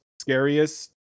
scariest